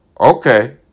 Okay